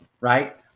right